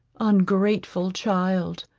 ungrateful child.